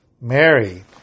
Mary